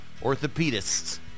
orthopedists